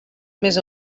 més